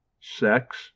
sex